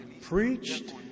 preached